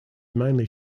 mainly